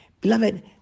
Beloved